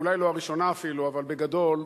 אולי לא הראשונה אפילו, אבל בגדול,